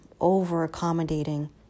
over-accommodating